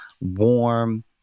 warm